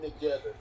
together